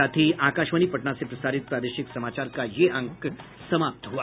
इसके साथ ही आकाशवाणी पटना से प्रसारित प्रादेशिक समाचार का ये अंक समाप्त हुआ